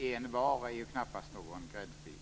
"Envar" är ju knappast någon gräddfil.